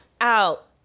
Out